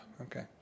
Okay